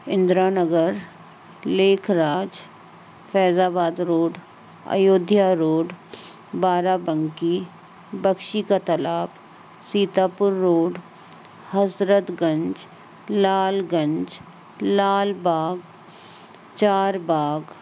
Indira Nagar Lekhraj Faizabad road Ayodhya road Barabanki Bakshi ka Talab Sitapur road Hazratganj Lalganj Lalbagh Charbagh